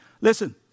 Listen